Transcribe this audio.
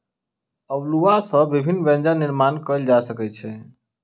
अउलुआ सॅ विभिन्न व्यंजन निर्माण कयल जा सकै छै